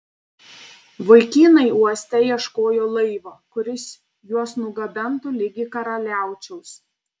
vaikinai uoste ieškojo laivo kuris juos nugabentų ligi karaliaučiaus